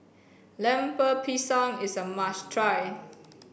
Lemper Pisang is a must try